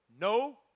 no